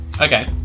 Okay